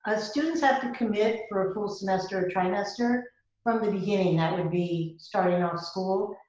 ah students have to commit for a full semester or trimester from the beginning, that would be starting out school.